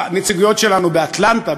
הנציגויות שלנו באטלנטה,